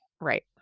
right